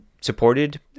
supported